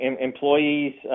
employees